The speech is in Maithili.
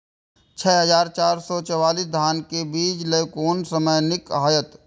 छः हजार चार सौ चव्वालीस धान के बीज लय कोन समय निक हायत?